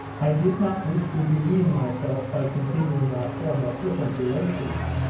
i did not wish to demean myself by continuing our former flippant relations,